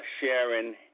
sharing